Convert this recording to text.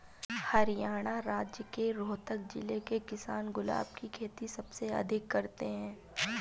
हरियाणा राज्य के रोहतक जिले के किसान गुलाब की खेती सबसे अधिक करते हैं